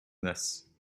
this